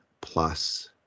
Plus